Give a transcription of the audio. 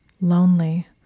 Lonely